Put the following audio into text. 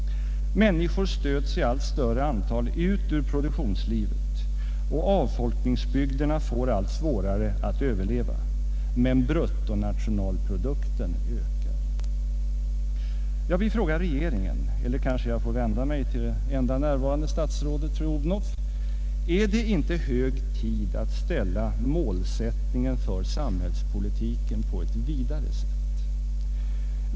Människor stöts i allt större antal ut ur produktionslivet, och avfolkningsbygderna får allt svårare att överleva, men bruttonationalpro dukten ökar. Jag vill fråga regeringen — här kanske jag får vända mig till det enda närvarande statsrådet fru Odhnoff: Är det inte hög tid att ställa målsättningen för samhällspolitiken på ett vidare sätt?